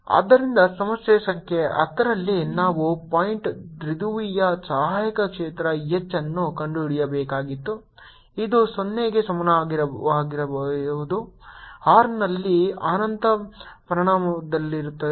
ಆದ್ದರಿಂದ ಸಮಸ್ಯೆ ಸಂಖ್ಯೆ 10 ರಲ್ಲಿ ನಾವು ಪಾಯಿಂಟ್ ದ್ವಿಧ್ರುವಿಯ ಸಹಾಯಕ ಕ್ಷೇತ್ರ H ಅನ್ನು ಕಂಡುಹಿಡಿಯಬೇಕಾಗಿತ್ತು ಇದು 0 ಕ್ಕೆ ಸಮಾನವಾಗಿರದ r ನಲ್ಲಿ ಅನಂತ ಪ್ರಮಾಣದಲ್ಲಿರುತ್ತದೆ